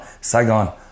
Saigon